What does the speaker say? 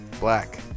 Black